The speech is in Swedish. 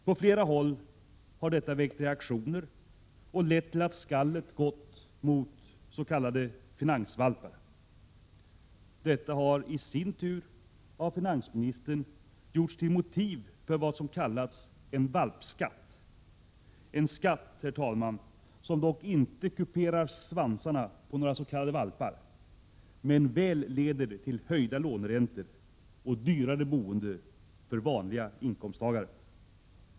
På flera håll har detta väckt reaktioner och lett till att skallet gått mot s.k. finansvalpar. Detta har i sin tur av finansministern gjorts till motiv för vad som kallats en ”valpskatt” — en skatt, herr talman, som dock inte kuperar svansarna på några s.k. valpar men väl leder till höjda låneräntor och dyrare boende för vanliga inkomsttagare.